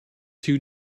two